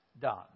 done